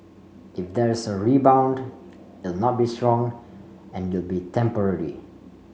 if there's a rebound it'll not be strong and it'll be temporary